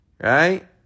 right